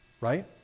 right